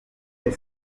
wars